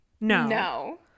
No